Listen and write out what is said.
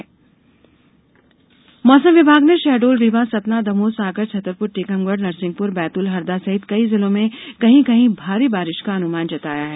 मौसम मौसम विभाग ने शहडोल रीवा सतना दमोह सागर छतरपुर टीकमगढ़ नरसिंहपुर बैतूल हरदा सहित कई जिलों में कहीं कहीं भारी बारिश का अनुमान जताया है